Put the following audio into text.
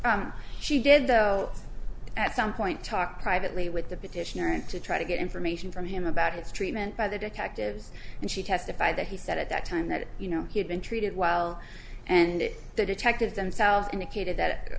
questioning she did though at some point talk privately with the petitioner and to try to get information from him about his treatment by the detectives and she testified that he said at that time that you know he had been treated well and the detectives themselves indicated that